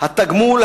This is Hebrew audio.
"התגמול,